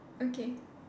okay